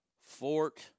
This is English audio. Fort